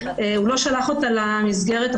הוא לא שלח אותה למסגרת החינוכית.